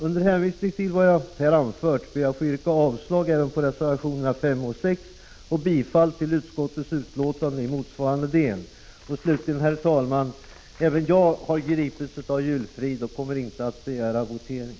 Med hänvisning till vad jag anfört ber jag att få yrka avslag även på reservationerna 5 och 6 och bifall till utskottets hemställan i motsvarande del. Slutligen, herr talman: Även jag har gripits av julfrid och kommer inte att begära votering.